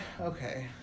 Okay